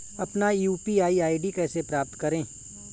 अपना UPI ID कैसे प्राप्त करें?